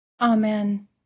Amen